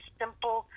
simple